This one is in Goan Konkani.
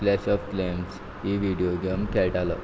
क्लॅश ऑफ क्लॅन्स ही विडीयो गेम खेळटालो